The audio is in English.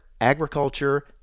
agriculture